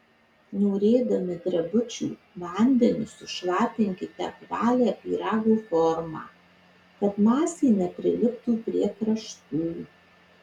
norėdami drebučių vandeniu sušlapinkite apvalią pyrago formą kad masė nepriliptų prie kraštų